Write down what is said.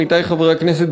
עמיתי חברי הכנסת,